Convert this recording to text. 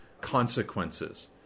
consequences